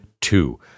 Two